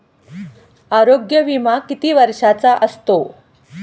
आरोग्य विमा किती वर्षांचा असतो?